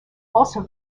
also